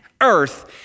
Earth